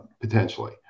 potentially